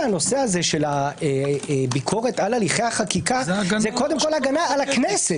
הנושא של הביקורת על הליכי החקיקה זה קודם כל הגנה על הכנסת.